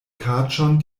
kaĉon